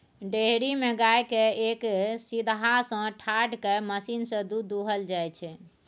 dairy मे गाय केँ एक सीधहा सँ ठाढ़ कए मशीन सँ दुध दुहल जाइ छै